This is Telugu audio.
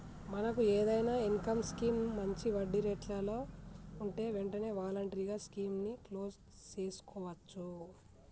మనకు ఏదైనా ఇన్కమ్ స్కీం మంచి వడ్డీ రేట్లలో ఉంటే వెంటనే వాలంటరీగా స్కీమ్ ని క్లోజ్ సేసుకోవచ్చు